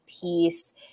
peace